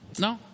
No